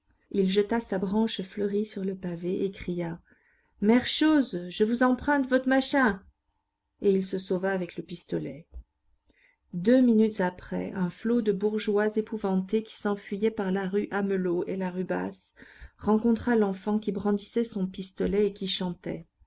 il jeta sa branche fleurie sur le pavé et cria mère chose je vous emprunte votre machin et il se sauva avec le pistolet deux minutes après un flot de bourgeois épouvantés qui s'enfuyait par la rue amelot et la rue basse rencontra l'enfant qui brandissait son pistolet et qui chantait